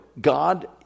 God